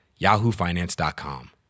yahoofinance.com